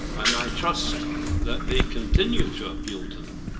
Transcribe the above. and i trust that they continue to appeal to them.